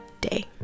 day